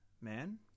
man